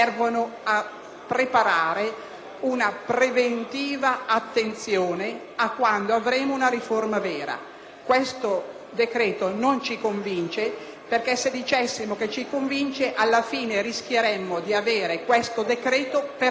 preparare preventivamente un'attenzione rispetto a quando avremo una riforma vera. Questo decreto non ci convince, perché se dicessimo che ci convince alla fine rischieremmo di averlo per sempre: